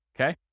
okay